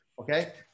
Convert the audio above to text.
Okay